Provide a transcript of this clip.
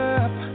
up